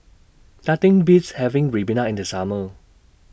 Nothing Beats having Ribena in The Summer